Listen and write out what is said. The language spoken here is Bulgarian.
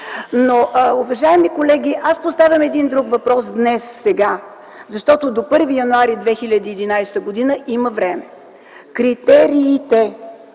него. Уважаеми колеги, аз поставям един друг въпрос днес, сега, защото до 1 януари 2011 г. има време: критериите.